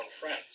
friends